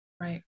Right